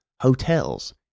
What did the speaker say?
hotels